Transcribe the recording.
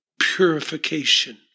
purification